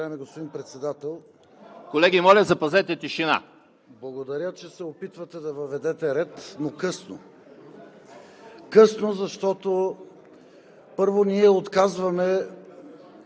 Късно, защото, първо, ние отказваме